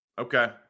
Okay